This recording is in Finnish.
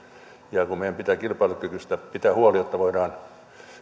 ja kun meidän pitää kilpailukyvystä pitää huoli jotta voidaan